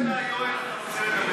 לאיזה מהיואלים אתה רוצה לדבר?